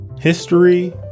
History